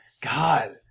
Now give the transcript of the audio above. God